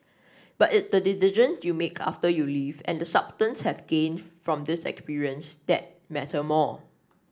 but its the decision you make after you leave and the substance have gained from this experience that matter more